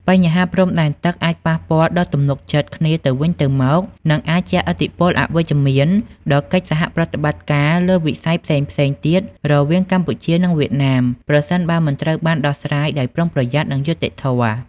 បញ្ហាព្រំដែនទឹកអាចប៉ះពាល់ដល់ទំនុកចិត្តគ្នាទៅវិញទៅមក និងអាចជះឥទ្ធិពលអវិជ្ជមានដល់កិច្ចសហប្រតិបត្តិការលើវិស័យផ្សេងៗទៀតរវាងកម្ពុជា និងវៀតណាម ប្រសិនបើមិនត្រូវបានដោះស្រាយដោយប្រុងប្រយ័ត្ន និងយុត្តិធម៌។